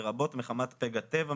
לרבות מחמת פגע טבע,